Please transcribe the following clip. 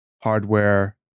hardware